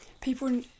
People